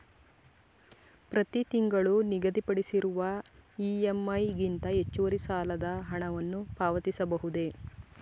ಪ್ರತಿ ತಿಂಗಳು ನಿಗದಿಪಡಿಸಿರುವ ಇ.ಎಂ.ಐ ಗಿಂತ ಹೆಚ್ಚುವರಿ ಸಾಲದ ಹಣವನ್ನು ಪಾವತಿಸಬಹುದೇ?